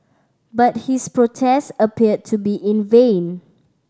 but his protest appeared to be in vain